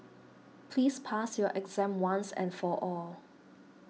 please pass your exam once and for all